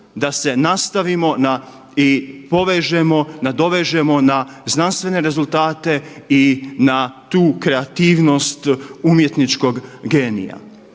da se nastavimo i povežemo, nadovežemo na znanstvene rezultate i na tu kreativnost umjetničkog genija.